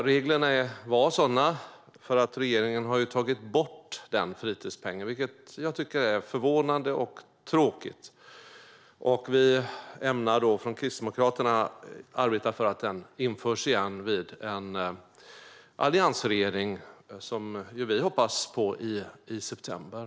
Regeringen har tagit bort fritidspengen, vilket jag tycker är förvånande och tråkigt. Vi från Kristdemokraterna ämnar arbeta för att den införs igen under en alliansregering, som ju vi hoppas på i september.